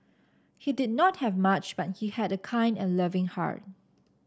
he did not have much but he had a kind and loving heart